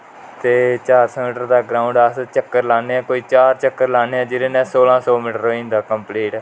ते चार सौ मिटर दा ग्रांउड ऐ अस चक्कर लाने हा कोई चार चक्कर लाने हा जेहदे कन्ने सोलहा सौ मिटर होई जंदा ऐ कम्पलीट